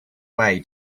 way